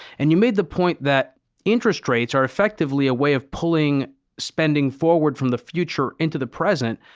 and you made the point that interest rates are effectively a way of pulling spending forward from the future into the present.